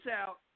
out